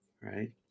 right